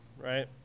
right